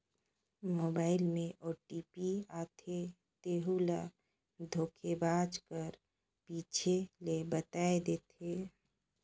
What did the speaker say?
mobile में OTP आथे तेहू ल धोखेबाज कर पूछे ले बताए देथे